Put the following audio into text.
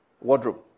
wardrobe